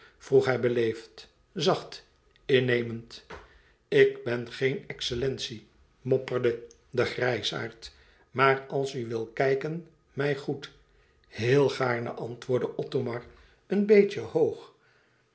hij beleefd zacht innemend ik ben geen excellentie mopperde de grijsaard maar als u wil kijken mij goed heel gaarne antwoordde othomar een beetje hoog